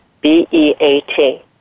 B-E-A-T